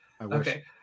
Okay